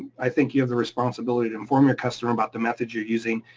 i think you have the responsibility to inform your customer about the methods you're using,